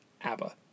ABBA